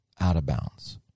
out-of-bounds